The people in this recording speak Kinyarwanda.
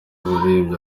umuririmbyi